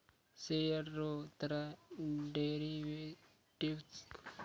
share रो तरह derivatives बजार भी स्टॉक एक्सचेंज में कारोबार करै छै